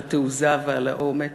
ועל התעוזה ועל האומץ.